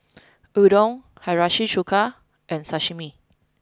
Udon Hiyashi Chuka and Sashimi